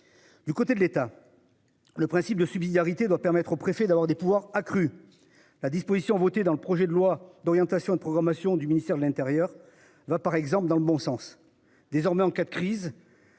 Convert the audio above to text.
Du côté de l'État. Le principe de subsidiarité doit permettre au préfet d'avoir des pouvoirs accrus. La disposition votée dans le projet de loi d'orientation et de programmation du ministère de l'Intérieur va par exemple dans le bon sens. Désormais en cas de crise.